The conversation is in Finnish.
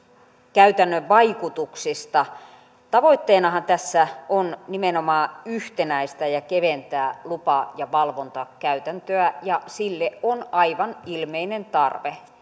käytännön vaikutuksista tavoitteenahan tässä on nimenomaan yhtenäistää ja keventää lupa ja valvontakäytäntöä ja sille on aivan ilmeinen tarve